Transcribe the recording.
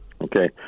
Okay